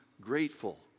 grateful